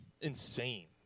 insane